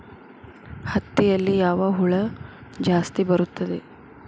ಹತ್ತಿಯಲ್ಲಿ ಯಾವ ಹುಳ ಜಾಸ್ತಿ ಬರುತ್ತದೆ?